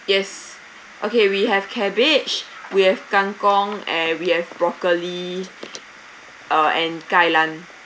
yes okay we have cabbage we have kangkung and we have broccoli uh and kai lan